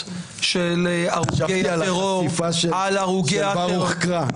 -- חשבתי על החשיפה של ברוך קרא.